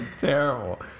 terrible